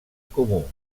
comú